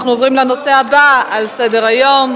אנחנו עוברים לנושא הבא על סדר-היום: